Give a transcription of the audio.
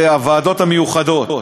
הוועדות המיוחדות,